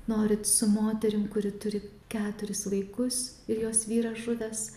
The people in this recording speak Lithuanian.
norit su moterim kuri turi keturis vaikus ir jos vyras žuvęs